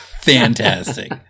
fantastic